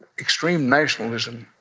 extreme nationalism